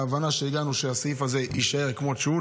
ההבנה שהגענו אליה היא שהסעיף הזה יישאר כמו שהוא,